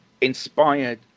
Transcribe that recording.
inspired